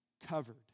covered